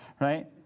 right